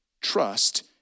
trust